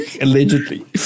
Allegedly